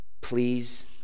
please